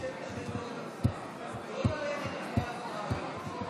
להלן תוצאות ההצבעה: